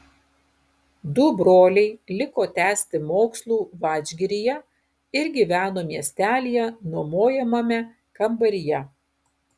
du broliai liko tęsti mokslų vadžgiryje ir gyveno miestelyje nuomojamame kambaryje